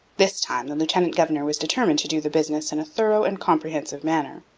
this time the lieutenant-governor was determined to do the business in a thorough and comprehensive manner.